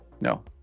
No